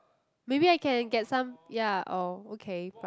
maybe I can get some ya oh okay but